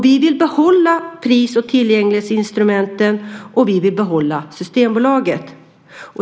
Vi vill behålla pris och tillgänglighetsinstrumenten, och vi vill behålla Systembolaget.